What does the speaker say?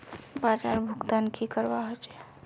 बाजार भुगतान की करवा होचे?